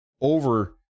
over